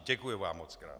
Děkuji vám mockrát.